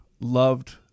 loved